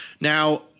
Now